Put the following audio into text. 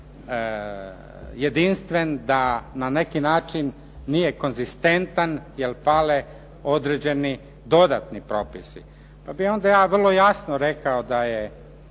jedinstven, da na neki način nije konzistentan jer fale određeni dodatni propisi. Pa bi onda ja vrlo jasno rekao da je